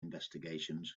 investigations